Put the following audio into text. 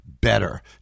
better